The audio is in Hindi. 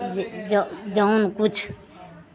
ज ज जो कुछ